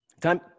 Time